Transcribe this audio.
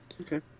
Okay